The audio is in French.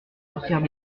sortirent